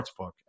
sportsbook